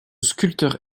sculpteur